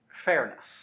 fairness